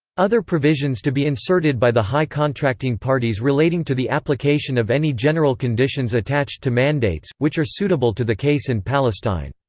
other provisions to be inserted by the high contracting parties relating to the application of any general conditions attached to mandates, which are suitable to the case in palestine.